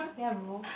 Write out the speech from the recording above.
ya bro